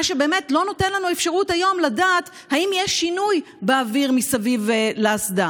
מה שבאמת לא נותן לנו אפשרות היום לדעת אם יש שינוי באוויר מסביב לאסדה.